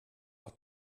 but